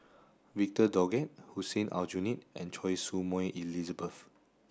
Victor Doggett Hussein Aljunied and Choy Su Moi Elizabeth